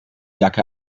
jacke